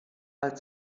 als